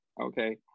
okay